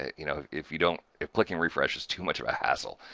ah you know, if you don't. if clicking refresh is too much of a hassle,